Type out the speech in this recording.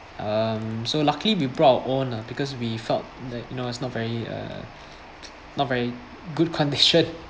um so lucky we brought our own lah because we felt that you know it's not very uh not very good condition